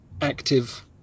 active